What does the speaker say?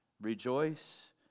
Rejoice